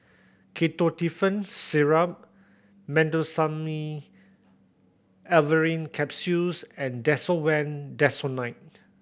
Ketotifen Syrup Meteospasmyl Alverine Capsules and Desowen Desonide